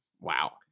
Wow